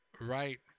right